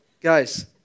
guys